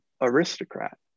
aristocrat